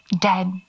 Dead